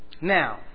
Now